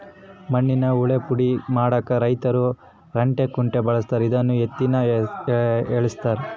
ಮಣ್ಣಿನ ಯಳ್ಳೇ ಪುಡಿ ಮಾಡಾಕ ರೈತರು ರಂಟೆ ಕುಂಟೆ ಬಳಸ್ತಾರ ಇದನ್ನು ಎತ್ತಿನಿಂದ ಎಳೆಸ್ತಾರೆ